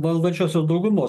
valdančiosios daugumos